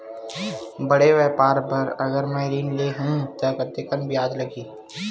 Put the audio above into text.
बड़े व्यापार बर अगर मैं ऋण ले हू त कतेकन ब्याज लगही?